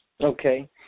Okay